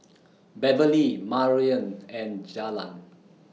Beverley Marion and Jalon